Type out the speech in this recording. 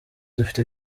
dufite